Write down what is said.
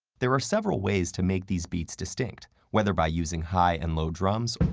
there are several ways to make these beats distinct, whether by using high and low drums,